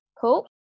Cool